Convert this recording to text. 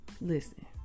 Listen